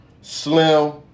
slim